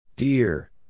Dear